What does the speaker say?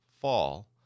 fall